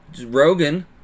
Rogan